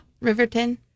riverton